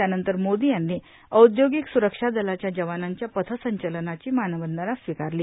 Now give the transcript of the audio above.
त्यानंतर मोदी यांनी औद्योगिक स्वरक्षा दलाच्या जवानांच्या पथ संचलनाची मानवंदना स्वीकारली